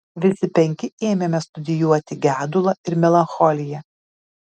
visi penki ėmėme studijuoti gedulą ir melancholiją